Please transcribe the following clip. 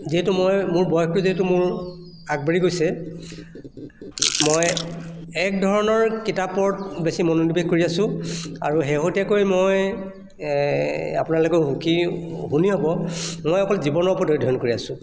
যিহেতু মই মোৰ বয়সটো যিহেতু মোৰ আগবাঢ়ি গৈছে মই একধৰণৰ কিতাপত বেছি মনোনিৱেশ কৰি আছোঁ আৰু শেহতীয়াকৈ মই এই আপোনালোকেও সুখী শুনি হ'ব মই অকল জীৱনৰ ওপৰত অধ্যয়ন কৰি আছোঁ